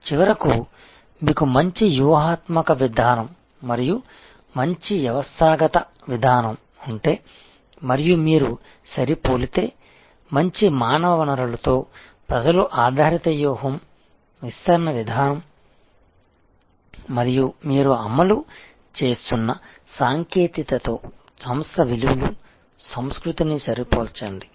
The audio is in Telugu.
చివరకు మీకు మంచి వ్యూహాత్మక విధానం మరియు మంచి వ్యవస్థాగత విధానం ఉంటే మరియు మీరు సరిపోలితే మంచి మానవ వనరులతో ప్రజలు ఆధారిత వ్యూహం విస్తరణ విధానం మరియు మీరు అమలు చేస్తున్న సాంకేతికతతో సంస్థ విలువలు సంస్కృతిని సరిపోల్చండి